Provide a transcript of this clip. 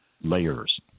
layers